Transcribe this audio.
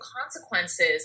consequences